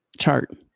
chart